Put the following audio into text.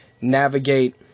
navigate